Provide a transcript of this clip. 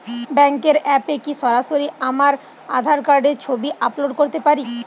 ব্যাংকের অ্যাপ এ কি সরাসরি আমার আঁধার কার্ড র ছবি আপলোড করতে পারি?